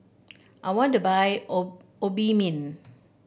I want to buy O Obimin